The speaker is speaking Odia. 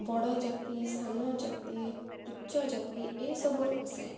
ବଡ଼ ଜାତି ସାନ ଜାତି ଉଚ୍ଚ ଜାତି ଏହିସବୁରୁ ଆସେ